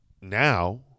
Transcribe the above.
Now